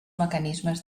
mecanismes